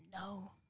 No